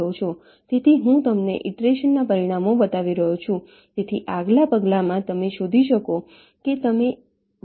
તેથી હું તમને ઈટરેશનના પરિણામો બતાવી રહ્યો છું તેથી આગલા પગલામાં તમે શોધી શકો છો કે તમે 1 અને 7 ને મર્જ કરી શકો છો